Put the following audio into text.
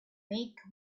make